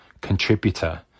contributor